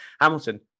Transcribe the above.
Hamilton